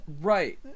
right